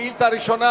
שאילתא ראשונה,